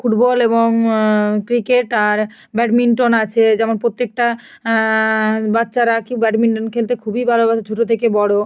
football এবং cricket আর badminton আছে যেমন প্রত্যেকটা বাচ্চারা কী ব্যাডমিন্টন খেলতে খুবই ভালোবাসে ছোটো থেকে বড়ো